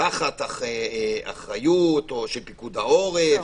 תחת אחריות או של פיקוד העורף?